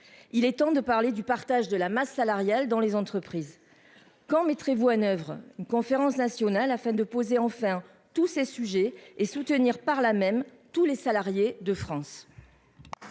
il est temps de parler du partage de la masse salariale dans les entreprises quand mettrez-vous Hanovre une conférence nationale afin de poser enfin tous ces sujets et soutenir par là même tous les salariés de France.